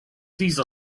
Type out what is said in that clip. caesar